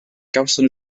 gawson